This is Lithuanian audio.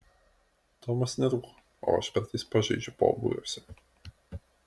tomas nerūko o aš kartais pažaidžiu pobūviuose